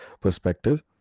perspective